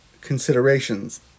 considerations